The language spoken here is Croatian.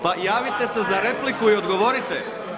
Pa javite se za repliku pa odgovorite.